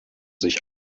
sich